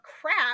crap